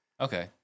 Okay